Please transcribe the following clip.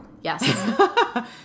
Yes